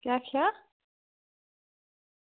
केह् आक्खेआ